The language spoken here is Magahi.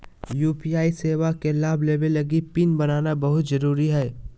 यू.पी.आई सेवा के लाभ लेबे लगी पिन बनाना बहुत जरुरी हइ